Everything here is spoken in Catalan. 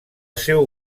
seu